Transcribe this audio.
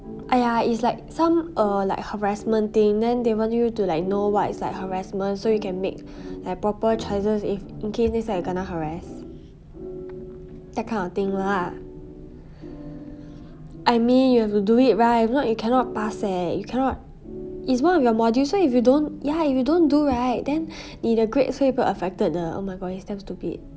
!aiya! is like some err like harassment thing then they want you to like know what is harassment so you can make like proper choices in case next time you kena harass that kind of thing lah I mean you have to do it right if not you cannot pass eh you cannot is one of your module so if you don't ya if you don't do right then 你的 grades 会被 affected 的 oh my god it's damn stupid